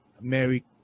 Mary